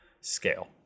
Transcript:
scale